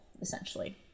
essentially